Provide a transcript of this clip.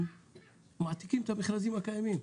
הם מעתיקים את המכרזים הקיימים.